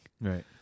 Right